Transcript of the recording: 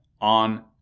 on